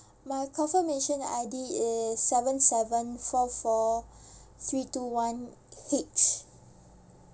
my confirmation I_D is seven seven four four three two one H